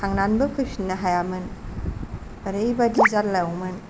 थांनानैबो फैफिननो हायामोन ओरैबादि जाल्लामोन